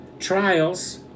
Trials